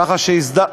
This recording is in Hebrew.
ככה שהסדרנו,